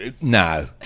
No